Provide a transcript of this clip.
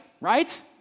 right